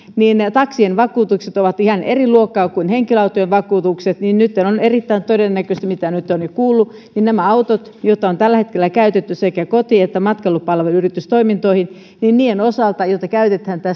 taksien vakuutukset ovat ihan eri luokkaa kuin henkilöautojen vakuutukset nytten on erittäin todennäköistä mitä nyt olen jo kuullut että näiden autojen osalta joita on tällä hetkellä käytetty sekä koti että matkailupalveluyritystoimintoihin ja joita käytetään